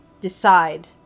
decide